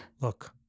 Look